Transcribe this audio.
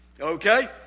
Okay